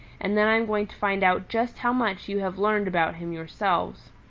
and then i am going to find out just how much you have learned about him yourselves.